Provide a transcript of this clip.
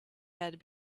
had